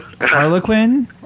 Harlequin